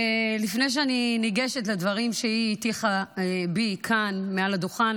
לפני שאני ניגשת לדברים שהיא הטיחה בי כאן מעל הדוכן,